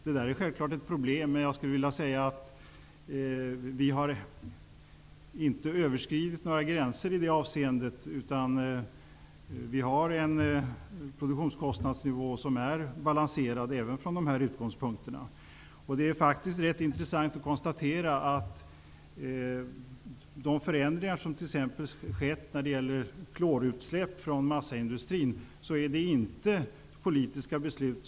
Det är självklart ett problem, men jag skulle vilja säga att vi inte har överskridit några gränser i det avseendet, utan vi har en produktionskostnadsnivå som är balanserad även från de utgångspunkterna. Det är rätt intressant att konstatera att de förändringar som skett t.ex. när det gäller klorutsläpp från massaindustrin inte i första hand beror på politiska beslut.